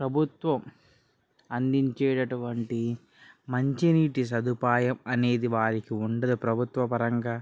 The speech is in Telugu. ప్రభుత్వం అందించేటటువంటి మంచినీటి సదుపాయం అనేది వారికి ఉండదు ప్రభుత్వపరంగా